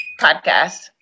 Podcast